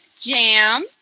Jam